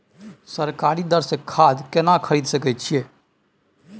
सरकारी दर से खाद केना खरीद सकै छिये?